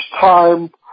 time